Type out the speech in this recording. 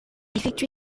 effectué